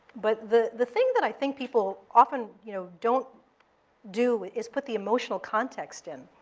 but the the thing that i think people often you know don't do is put the emotional context in.